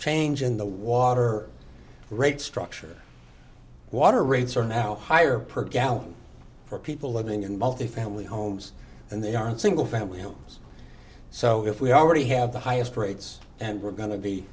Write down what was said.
change in the water rate structure water rates are now higher per gallon for people living in multi family homes and they are in single family homes so if we already have the highest rates and we're go